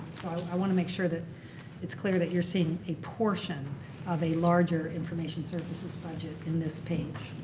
i want to make sure that it's clear that you're seeing a portion of a larger information services budget in this page.